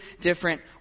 different